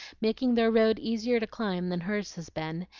making their road easier to climb than hers has been,